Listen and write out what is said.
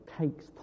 takes